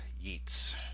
yeats